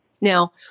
Now